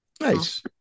Nice